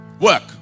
work